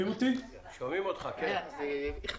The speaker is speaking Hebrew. בבקשה.